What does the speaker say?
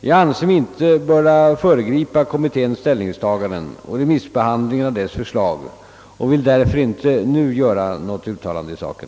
Jag anser mig inte böra föregripa kommitténs ställningstaganden och remissbehandlingen av dess förslag och vili därför inte nu göra något uttalande i saken.